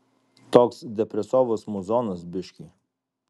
toks depresovas muzonas biškį